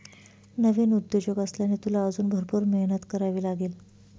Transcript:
नवीन उद्योजक असल्याने, तुला अजून भरपूर मेहनत करावी लागेल